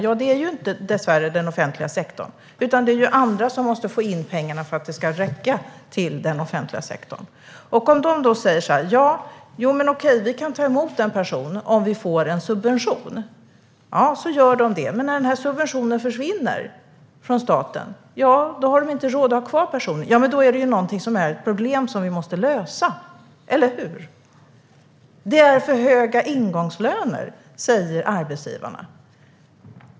Ja, det är dessvärre inte den offentliga sektorn, utan det är andra som måste få in pengarna som ska räcka till den offentliga sektorn. Låt oss säga att de säger: Okej, vi kan ta emot en person om vi får en subvention. De gör det. Men när subventionen från staten försvinner har de inte råd att ha kvar personen. Då är det ett problem som vi måste lösa - eller hur? Det är för höga ingångslöner, säger arbetsgivarna.